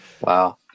wow